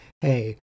hey